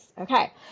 Okay